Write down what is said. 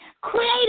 Create